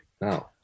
No